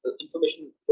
information